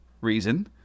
reason